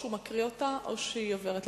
או שהוא מקריא אותה או שהיא עוברת לפרוטוקול.